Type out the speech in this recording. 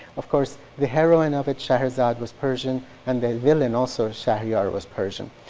of course the heroine of it, sheherazad was persian and the villain also shahriyar, was persian.